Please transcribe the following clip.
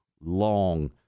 long